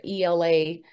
ELA